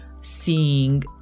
seeing